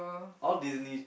all Disney